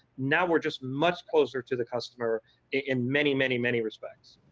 now we are just much closer to the customer in many many many respects.